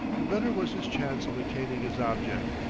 the better was his chance of attaining his object.